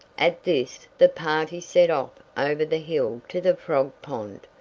at this the party set off over the hill to the frog pond.